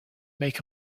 make